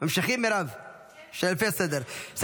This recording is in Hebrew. ממשיכים לפי הסדר, מירב?